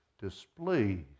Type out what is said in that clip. displeased